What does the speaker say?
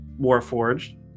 Warforged